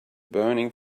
burning